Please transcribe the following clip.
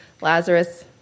Lazarus